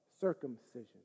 circumcision